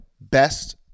best